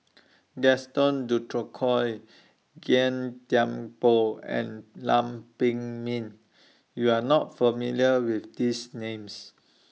Gaston Dutronquoy Gan Thiam Poh and Lam Pin Min YOU Are not familiar with These Names